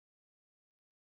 okay